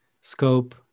scope